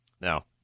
Now